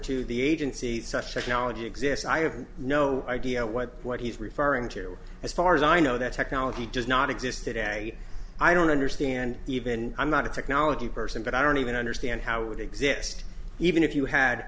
to the agency such knowledge exists i have no idea what what he's referring to as far as i know that technology does not exist today i don't understand even i'm not a technology person but i don't even understand how it would exist even if you had